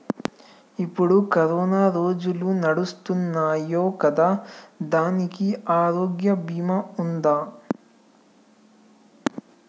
ఇప్పుడు కరోనా రోజులు నడుస్తున్నాయి కదా, దానికి ఆరోగ్య బీమా ఉందా?